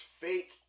fake